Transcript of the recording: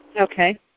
Okay